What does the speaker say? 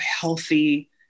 healthy